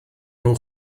nhw